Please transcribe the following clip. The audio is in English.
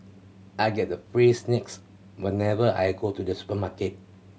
I get the free snacks whenever I go to the supermarket